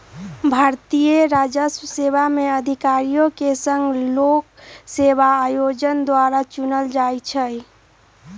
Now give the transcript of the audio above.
भारतीय राजस्व सेवा में अधिकारि के संघ लोक सेवा आयोग द्वारा चुनल जाइ छइ